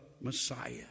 Messiah